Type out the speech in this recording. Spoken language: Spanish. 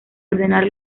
ordenar